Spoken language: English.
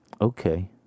Okay